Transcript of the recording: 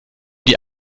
die